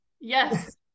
Yes